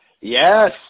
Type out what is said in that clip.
Yes